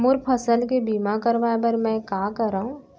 मोर फसल के बीमा करवाये बर में का करंव?